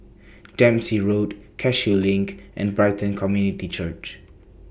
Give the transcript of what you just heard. Dempsey Road Cashew LINK and Brighton Community Church